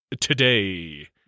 today